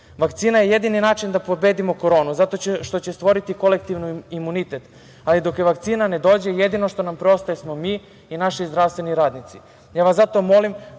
Vakcina je jedini način da pobedimo koronu, zato što će stvoriti kolektivi imunitet, ali dok vakcina ne dođe jedino što nam preostaje smo mi i naši zdravstveni radnici. Molim vas da vodite